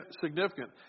significant